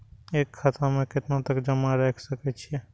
एक खाता में केतना तक जमा राईख सके छिए?